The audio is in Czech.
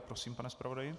Prosím, pane zpravodaji.